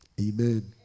Amen